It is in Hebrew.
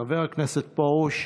חבר הכנסת פרוש,